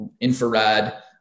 infrared